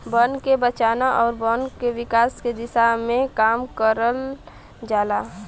बन के बचाना आउर वन विकास के दिशा में काम करल जाला